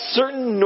certain